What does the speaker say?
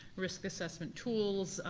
risk assessment tools,